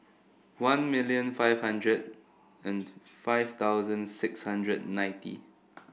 one million five hundred and five thousand six hundred and ninety